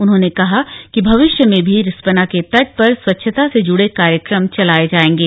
उन्होंने कहा कि भविष्य में भी रिस्पना के तट पर स्वच्छता से जुड़े कार्यक्रम चलाए जाएंगे